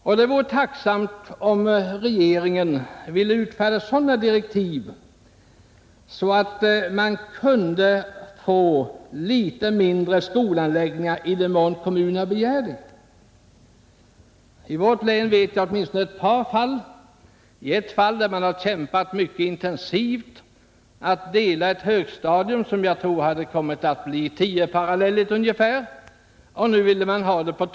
Jag vore tacksam om regeringen ville utfärda sådana direktiv att de kommuner som så begär kunde få litet mindre skolanläggningar. I vårt län känner jag till åtminstone ett par fall. I ett fall har man kämpat mycket intensivt för att få dela på ett högstadium som skulle ha tio parallella klasser. Nu ville man ha två skolor.